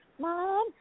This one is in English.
Mom